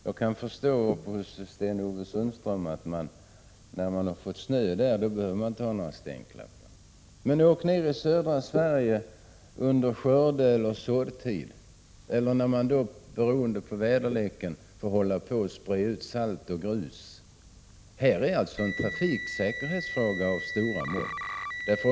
Jag kan förstå att man uppe i Sten-Ove Sundströms hemtrakter inte behöver ha några stänklappar, när snön har kommit. Men åk ner till södra Sverige under skördeeller såddtid eller när man beroende på väderleken sprider ut salt och grus! Detta är en trafiksäkerhetsfråga av stora mått.